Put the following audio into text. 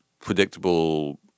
predictable